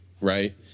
right